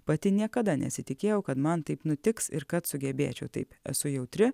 pati niekada nesitikėjau kad man taip nutiks ir kad sugebėčiau taip esu jautri